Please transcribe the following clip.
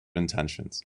intentions